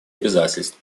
обязательств